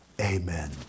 amen